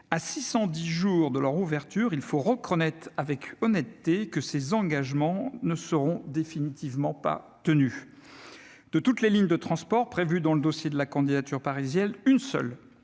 l'ouverture des jeux Olympiques, il faut reconnaître avec honnêteté que ces engagements ne seront définitivement pas tenus. De toutes les lignes de transport prévues dans le dossier de la candidature parisienne, une seule